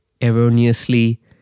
erroneously